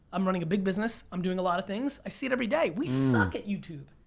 i'm running a big business, i'm doing a lot of things, i see it every day. we suck at youtube.